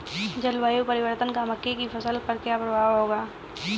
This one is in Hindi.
जलवायु परिवर्तन का मक्के की फसल पर क्या प्रभाव होगा?